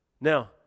Now